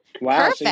Wow